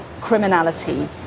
criminality